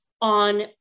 on